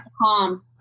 calm